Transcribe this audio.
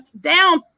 down